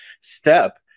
step